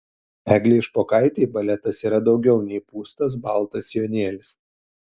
eglei špokaitei baletas yra daugiau nei pūstas baltas sijonėlis